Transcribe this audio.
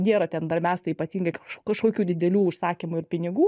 nėra ten dar mastai ypatingai kaž kažkokių didelių užsakymų ir pinigų